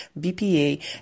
BPA